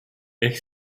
ehk